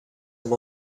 amb